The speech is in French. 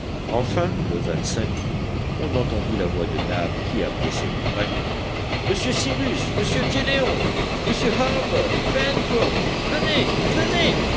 enfin le août on entendit la voix de nab qui appelait ses compagnons monsieur cyrus monsieur gédéon monsieur harbert pencroff venez venez